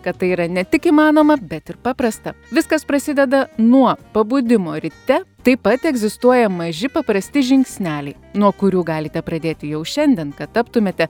kad tai yra ne tik įmanoma bet ir paprasta viskas prasideda nuo pabudimo ryte taip pat egzistuoja maži paprasti žingsneliai nuo kurių galite pradėti jau šiandien kad taptumėte